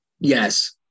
Yes